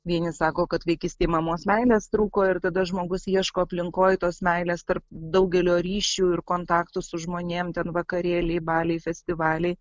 vieni sako kad vaikystėj mamos meilės trūko ir tada žmogus ieško aplinkoj tos meilės tarp daugelio ryšių ir kontaktų su žmonėm ten vakarėliai baliai festivaliai